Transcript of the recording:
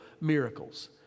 miracles